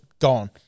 gone